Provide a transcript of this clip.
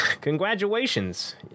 congratulations